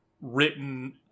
written